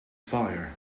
fire